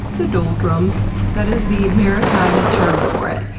the doldrums that is the maritime term for it.